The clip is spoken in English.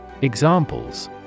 Examples